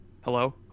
Hello